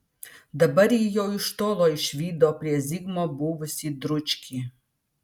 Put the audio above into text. dabar ji jau iš tolo išvydo prie zigmo buvusį dručkį